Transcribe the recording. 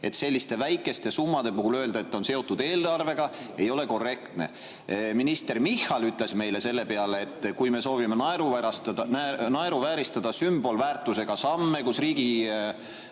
et selliste väikeste summade puhul öelda, et on seotud eelarvega, ei ole korrektne. Minister Michal ütles meile selle peale, et kui me soovime naeruvääristada sümbolväärtusega samme, millega riigi